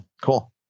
cool